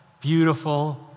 beautiful